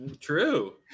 true